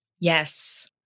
Yes